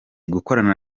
gukorana